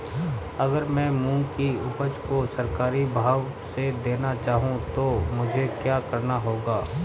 अगर मैं मूंग की उपज को सरकारी भाव से देना चाहूँ तो मुझे क्या करना होगा?